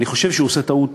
אני חושב שהוא עושה טעות,